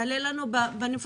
יעלה לנו בנפשות,